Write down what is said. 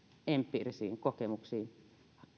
empiirisiin kokemuksiin